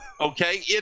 Okay